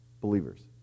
believers